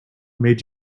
made